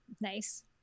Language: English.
Nice